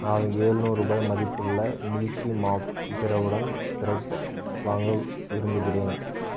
நான் ஏழுநூறு ரூபாய் மதிப்புள்ள மில்கி மா பிரவுன் பிரெட் வாங்க விரும்புகிறேன்